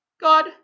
God